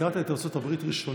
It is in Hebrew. הזכרת את ארצות הברית ראשונה,